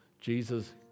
Jesus